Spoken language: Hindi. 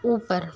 ऊपर